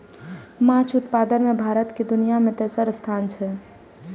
माछ उत्पादन मे भारत के दुनिया मे तेसर स्थान छै